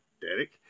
Derek